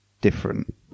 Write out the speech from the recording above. different